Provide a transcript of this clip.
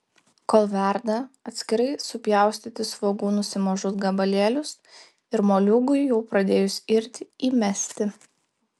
kol verda atskirai supjaustyti svogūnus į mažus gabalėlius ir moliūgui jau pradėjus irti įmesti